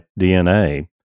DNA